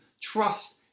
Trust